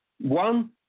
One